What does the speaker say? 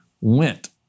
went